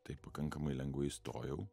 tai pakankamai lengvai įstojau